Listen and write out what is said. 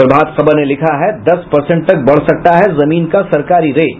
प्रभात खबर ने लिखा है दस पर्सेट तक बढ़ सकता है जमीन का सरकारी रेट